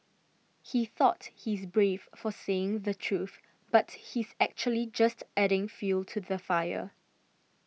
he thought he's brave for saying the truth but he's actually just adding fuel to the fire